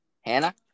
Hannah